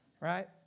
Right